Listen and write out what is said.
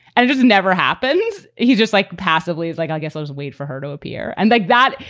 and it just never happens. he's just like passably is like, i guess there's a wait for her to appear and like that.